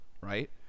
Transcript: right